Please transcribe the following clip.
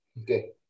okay